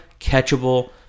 catchable